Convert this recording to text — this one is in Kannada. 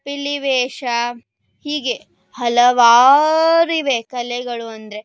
ಪಿಲಿವೇಷ ಹೀಗೆ ಹಲಾವಾರು ಇವೆ ಕಲೆಗಳು ಅಂದರೆ